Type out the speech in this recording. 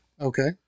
Okay